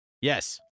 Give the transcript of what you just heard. Yes